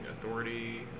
Authority